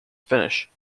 finnish